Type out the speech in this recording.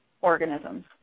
organisms